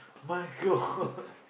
my-God